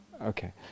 Okay